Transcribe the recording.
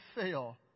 fail